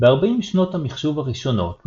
ב-40 שנות המחשוב הראשונות,